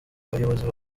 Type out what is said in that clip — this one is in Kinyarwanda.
bayobozi